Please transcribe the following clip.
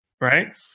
right